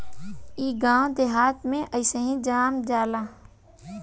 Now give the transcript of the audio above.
इ गांव देहात में अइसही जाम जाला